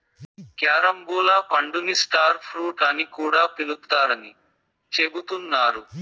carambola పండుని star fruit అని కూడా పిలుత్తారని చెబుతున్నారు